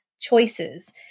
choices